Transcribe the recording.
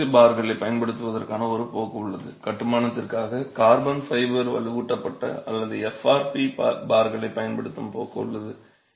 epoxy பார்களைப் பயன்படுத்துவதற்கான ஒரு போக்கு உள்ளது கட்டுமானத்திற்காக கார்பன் ஃபைபர் வலுவூட்டப்பட்ட அல்லது FRP பார்களைப் பயன்படுத்தும் போக்கு உள்ளது